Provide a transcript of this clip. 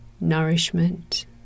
nourishment